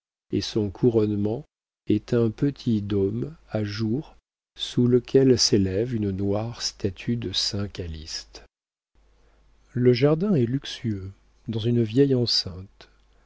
et son couronnement est un petit dôme à jour sous lequel s'élève une noire statue de saint calyste le jardin est luxueux dans une vieille enceinte